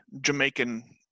Jamaican